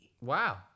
Wow